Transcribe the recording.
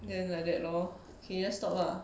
then like that lor okay let's stop lah